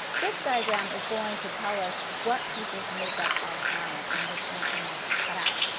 this diagram is going to tell us what pieces make up our garment and which ones we need to cut out.